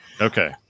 okay